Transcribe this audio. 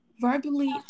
verbally